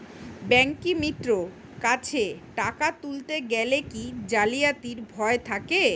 ব্যাঙ্কিমিত্র কাছে টাকা তুলতে গেলে কি জালিয়াতির ভয় থাকে?